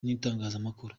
n’itangazamakuru